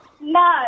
No